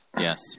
Yes